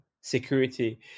security